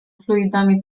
fluidami